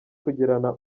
kugirana